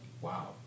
wow